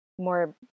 More